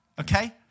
Okay